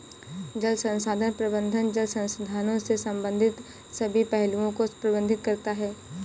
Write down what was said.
जल संसाधन प्रबंधन जल संसाधनों से संबंधित सभी पहलुओं को प्रबंधित करता है